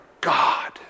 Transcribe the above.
God